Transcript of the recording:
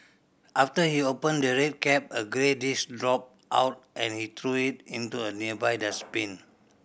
after he opened the red cap a grey disc dropped out and he threw it into a nearby dustbin